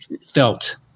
felt